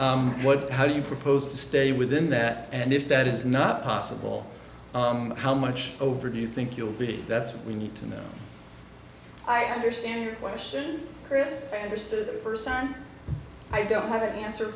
what how do you propose to stay within that and if that is not possible how much over do you think you'll be that's what we need to know i understand your question chris christie the first time i don't have an answer